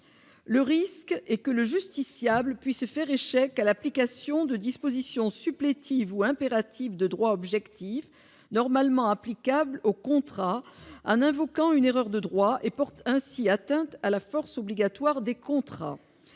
le risque est que le justiciable puisse faire échec à l'application de dispositions supplétives ou impératif de droit objectif normalement applicable au contrat en invoquant une erreur de droit et porte ainsi atteinte à la force obligatoire des contrats